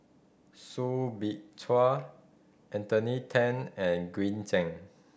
Soo Bin Chua Anthony Then and Green Zeng